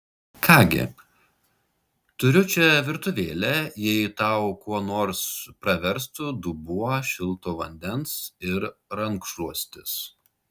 ką gi turiu čia virtuvėlę jei tau kuo nors praverstų dubuo šilto vandens ir rankšluostis